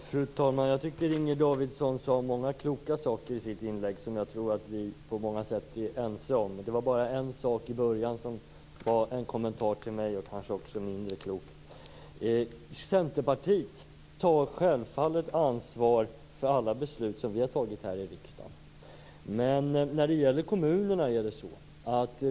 Fru talman! Inger Davidson sade i sitt inlägg många kloka saker, som jag tror att vi på många sätt är ense om. Det var bara en sak hon sade i början, som var en kommentar till mig, som kanske var mindre klok. Centerpartiet tar självfallet ansvar för alla beslut som vi har fattat här i riksdagen.